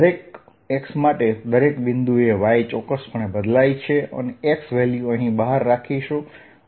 દરેક x માટે દરેક બિંદુએ y ચોક્કસપણે બદલાય છે અને x વેલ્યુ અહીં બહાર રાખીશું